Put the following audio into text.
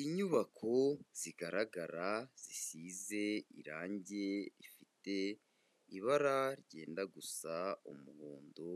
Inyubako zigaragara zisize irangi rifite ibara ryenda gusa umuhondo,